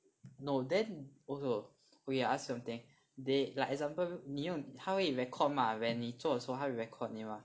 no then also okay I ask you something they like example 你用他会 record mah when 你做的时候他会 record 你吗